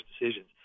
decisions